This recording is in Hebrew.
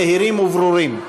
נהירים וברורים.